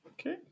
Okay